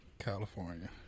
California